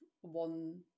one